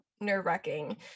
nerve-wracking